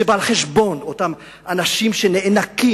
זה בא על חשבון אותם אנשים שנאנקים,